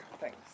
thanks